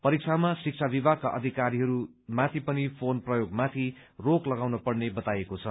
परीक्षामा शिक्षा विभागका अधिकारीहरू माथि पनि फोन प्रयोग माथि रोक लगाउन पर्ने बताइएको छ